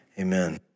amen